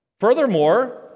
Furthermore